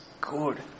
good